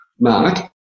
mark